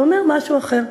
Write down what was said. ואומר משהו אחר.